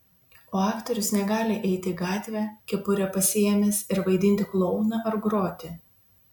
o aktorius negali eiti į gatvę kepurę pasiėmęs ir vaidinti klouną ar groti